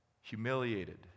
humiliated